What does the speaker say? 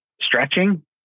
stretching